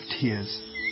tears